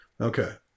Okay